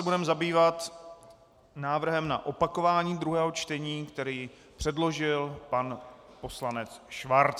Budeme se zabývat návrhem na opakování druhého čtení, který předložil pan poslanec Schwarz.